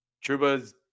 Truba's